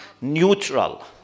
neutral